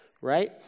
Right